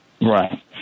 Right